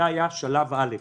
זה היה שלב א'.